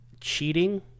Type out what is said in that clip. cheating